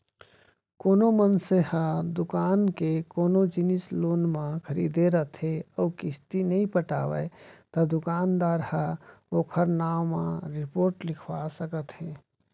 कोनो मनसे ह दुकान ले कोनो जिनिस लोन म खरीदे रथे अउ किस्ती नइ पटावय त दुकानदार ह ओखर नांव म रिपोट लिखवा सकत हे